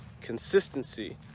consistency